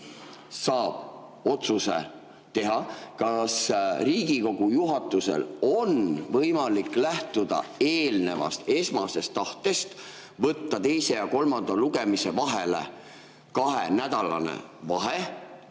saab otsuse teha. Kas Riigikogu juhatusel on võimalik lähtuda eelnevast esmasest tahtest võtta teise ja kolmanda lugemise vahele kahenädalane vahe